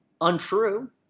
untrue